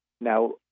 Now